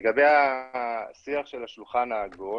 לגבי השיח של השולחן העגול